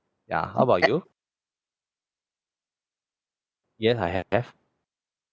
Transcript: ya how about you yes I have have